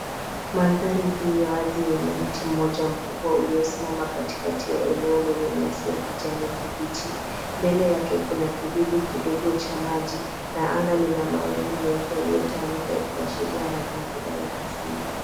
Mandhari hii wazi yenye mti mmoja mkubwa uliosimama katikati ya eneo lenye nyasi ya kijani kibichi. Mbele yake kuna kidimbwi kidogo cha maji na anga lina mawingu meupe yaliyotawanyika ikiashiria mazingira ya asili.